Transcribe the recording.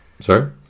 Sorry